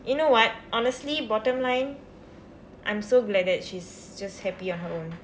you know what honestly bottom line I'm so glad that she's just happy on her own